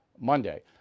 Monday